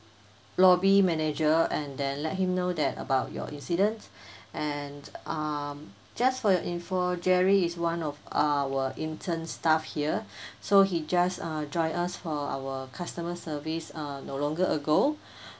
lobby manager and then let him know that about your incidents and um just for your info jerry is one of our intern staff here so he just uh joined us for our customer service uh no longer ago